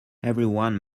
everyone